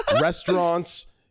restaurants